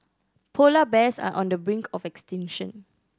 polar bears are on the brink of extinction